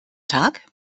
tag